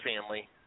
family